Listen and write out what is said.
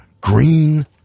green